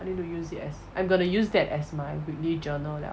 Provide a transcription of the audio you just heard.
I need to use it as I'm gonna use that as my weekly journal liao